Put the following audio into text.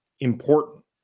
important